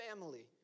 family